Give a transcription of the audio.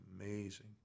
amazing